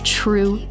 true